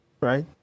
right